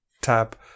Tab